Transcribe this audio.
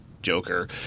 Joker